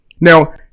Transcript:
Now